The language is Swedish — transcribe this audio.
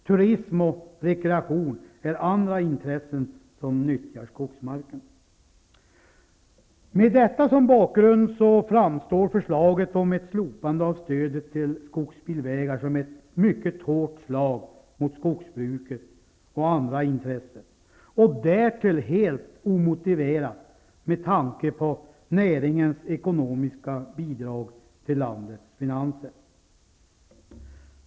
Turism och rekreation är andra intressen som nyttjar skogsmarken. Med detta som bakgrund framstår förslaget om att slopa stödet till skogsbilvägar som ett mycket hårt slag mot skogsbruket och andra intressen, därtill helt omotiverat med tanke på näringens ekonomiska bidrag till landets finanser.